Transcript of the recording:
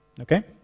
Okay